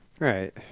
Right